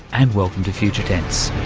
and welcome to future tense.